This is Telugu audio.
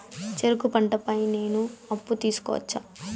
చెరుకు పంట పై నేను అప్పు తీసుకోవచ్చా?